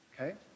Okay